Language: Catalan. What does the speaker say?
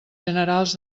generals